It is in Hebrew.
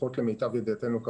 לפחות למיטב ידיעתנו,